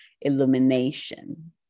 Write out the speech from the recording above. illumination